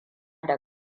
da